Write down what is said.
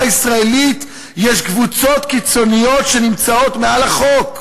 הישראלית קבוצות קיצוניות שנמצאות מעל לחוק.